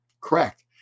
Correct